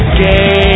game